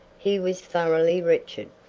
he was thoroughly wretched.